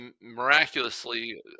Miraculously